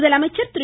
முதலமைச்சர் திரு